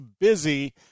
busy